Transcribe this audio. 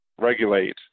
regulate